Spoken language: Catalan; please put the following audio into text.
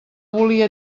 volia